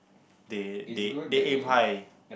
they they they aim high